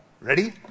Ready